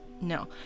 No